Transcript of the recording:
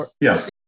Yes